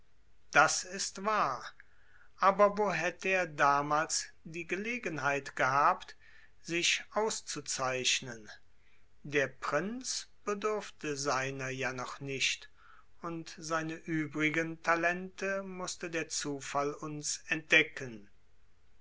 das ist wahr aber wo hätte er damals die gelegenheit gehabt sich auszuzeichnen der prinz bedurfte seiner ja noch nicht und seine übrigen talente mußte der zufall uns entdecken